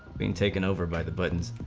been taken over by the buttons